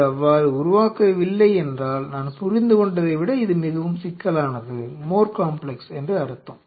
இது அவ்வாறு உருவாக்கவில்லையென்றால் நான் புரிந்துகொண்டதை விட இது மிகவும் சிக்கலானது என்று அர்த்தம்